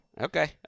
Okay